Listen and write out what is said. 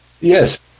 Yes